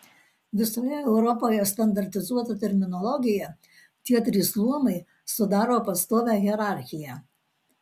visoje europoje standartizuota terminologija tie trys luomai sudaro pastovią hierarchiją